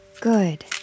Good